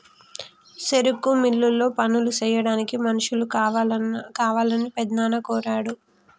సెరుకు మిల్లులో పనులు సెయ్యాడానికి మనుషులు కావాలని పెద్దనాన్న కోరాడు